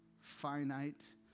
finite